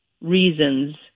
reasons